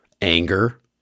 anger